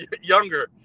younger